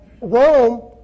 Rome